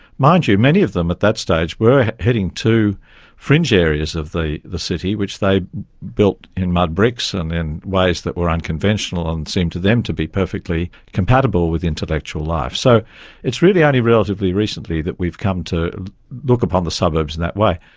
mind you, many of them at that stage were heading to fringe areas of the city which they built in mud bricks and in ways that were unconventional and seemed to them to be perfectly compatible with intellectual life. so it's really only relatively recently that we've come to look upon the suburbs in that way.